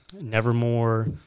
nevermore